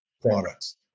products